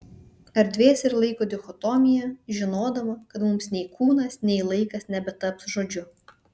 erdvės ir laiko dichotomija žinodama kad mums nei kūnas nei laikas nebetaps žodžiu